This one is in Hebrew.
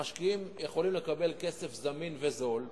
המשקיעים יכולים לקבל כסף זמין וזול,